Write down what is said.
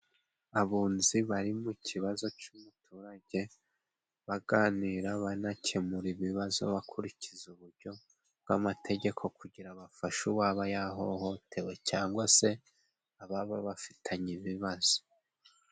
Abunzi bari mu kibazo cy'umuturage baganira banakemura ibibazo bakurikiza uburyo bw'amategeko kugira bafashe uwaba yahohotewe cyangwa se ababa bafitanye ibibazo.